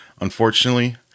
unfortunately